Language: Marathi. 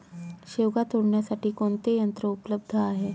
शेवगा तोडण्यासाठी कोणते यंत्र उपलब्ध आहे?